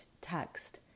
text